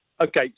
Okay